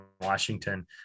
Washington